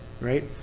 right